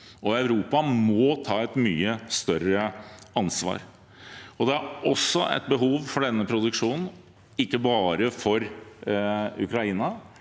i. Europa må ta et mye større ansvar. Det er et behov for denne produksjonen, ikke bare for Ukraina,